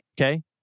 Okay